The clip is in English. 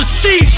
see